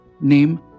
name